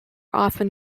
often